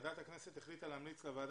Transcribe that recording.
ועדת הכנסת החליטה להמליץ לוועדה